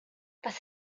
was